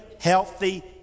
healthy